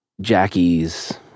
Jackie's